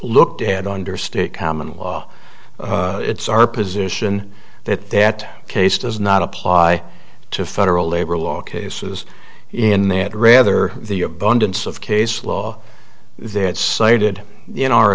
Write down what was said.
looked ahead under state common law it's our position that that case does not apply to federal labor law cases in that rather the abundance of case law they had cited in our